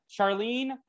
Charlene